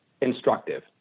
instructive